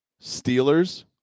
Steelers